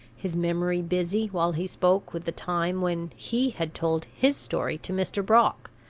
his memory busy, while he spoke, with the time when he had told his story to mr. brock,